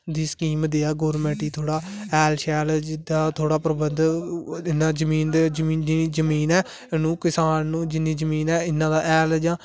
दी स्कीम देऐ गवर्नमेंट गी थोह्ड़ा हैल शैल थोह्ड़ा प्रबंध इयां जेहड़ी जमीन ऐ किसान नू जिन्नी जमीन ऐ इन्ना दा हैल जां